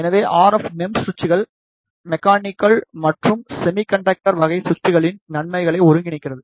எனவே RF MEMS சுவிட்சுகள் mechanical மற்றும் செமி கண்டக்டர் வகை சுவிட்சுகளின் நன்மைகளை ஒருங்கிணைக்கிறது